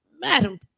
Madam